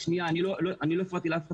אני לא הפרעתי לאף אחד,